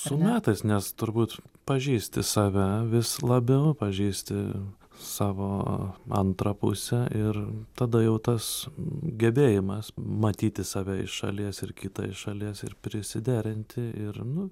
su metais nes turbūt pažįsti save vis labiau pažįsti savo antrą pusę ir tada jau tas gebėjimas matyti save iš šalies ir kitą iš šalies ir prisiderinti ir nu